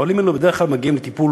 החולים האלה בדרך כלל מגיעים לטיפול